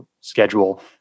schedule